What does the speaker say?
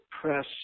press